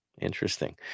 Interesting